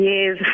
Yes